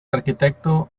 arquitecto